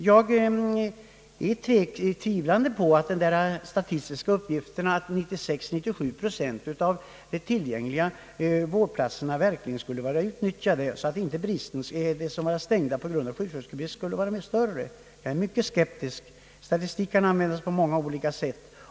Jag står tvivlande till de statistiska uppgifterna att 96—97 procent av de tillgängliga vårdplatserna nyligen verkligen skulle vara utnyttjade, så att storleken av de avdelningar som är stängda på grund av sjuksköterskebrist inte skulle vara större. Jag är mycket skep : tisk, Statistik kan användas på många olika sätt.